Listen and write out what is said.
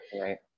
Right